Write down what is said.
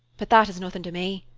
but that is nothing to me.